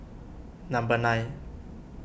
number nine